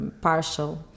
partial